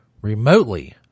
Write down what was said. remotely